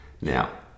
Now